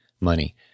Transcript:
money